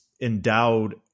endowed